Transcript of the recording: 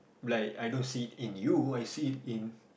like I don't see it in you I see it in